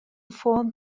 form